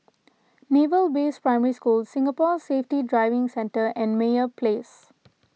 Naval Base Primary School Singapore Safety Driving Centre and Meyer Place